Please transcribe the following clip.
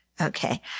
okay